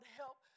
help